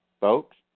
folks